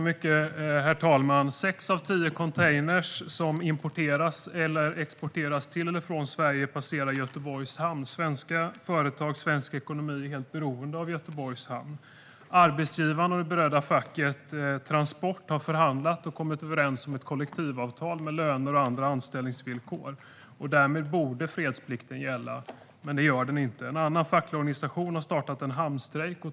Herr talman! Sex av tio containrar som importeras till eller exporteras från Sverige passerar Göteborgs hamn. Svenska företag och svensk ekonomi är helt beroende av Göteborgs hamn. Arbetsgivaren och det berörda facket, Transport, har förhandlat och kommit överens om ett kollektivavtal med löner och andra anställningsvillkor. Därmed borde fredsplikten gälla, men det gör den inte. En annan facklig organisation har startat en hamnstrejk.